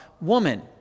woman